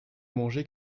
manger